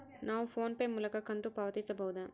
ನಾವು PhonePe ಮೂಲಕ ಕಂತು ಪಾವತಿಸಬಹುದಾ?